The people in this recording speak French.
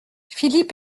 philippe